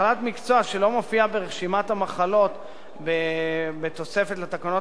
מחלת מקצוע שלא מופיעה ברשימת המחלות בתוספת לתקנות